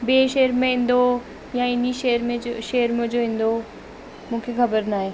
ॿिए शहर में ईंदो या इन ई शहर में शहरु मुंहिंजो ईंदो मूंखे ख़बर न आहे